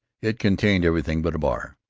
it contained everything but a bar.